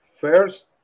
First